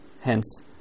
hence